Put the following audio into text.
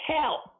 help